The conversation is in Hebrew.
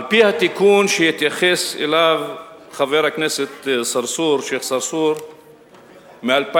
על-פי התיקון שהתייחס אליו חבר הכנסת השיח' צרצור מ-2007,